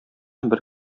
бер